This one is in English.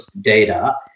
data